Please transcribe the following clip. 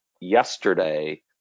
yesterday